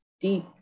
deep